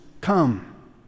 Come